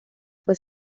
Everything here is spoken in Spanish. fue